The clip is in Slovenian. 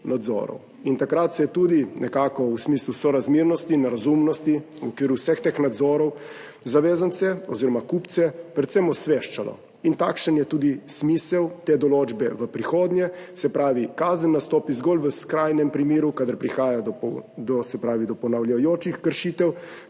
in takrat se je tudi nekako v smislu sorazmernosti in razumnosti v okviru vseh teh nadzorov zavezance oziroma kupce predvsem osveščalo. In takšen je tudi smisel te določbe v prihodnje, se pravi, kazen nastopi zgolj v skrajnem primeru, kadar prihaja do ponavljajočih kršitev,